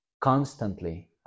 constantly